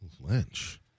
Lynch